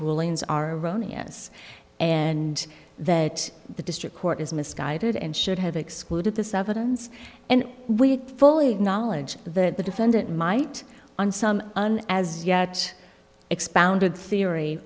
rulings are rania's and that the district court is misguided and should have excluded this evidence and we fully acknowledge that the defendant might on some an as yet expounded theory